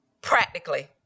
practically